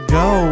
go